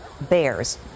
bears